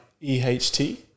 E-H-T